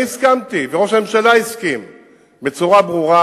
אני הסכמתי וראש הממשלה הסכים בצורה ברורה,